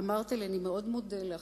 אמרת לי: אני מאוד מודה לך,